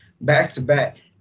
back-to-back